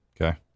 Okay